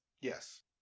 Yes